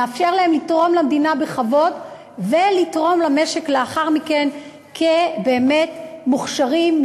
נאפשר להם לתרום למדינה בכבוד ולתרום למשק לאחר מכן כבאמת מוכשרים,